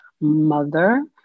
mother